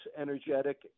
energetic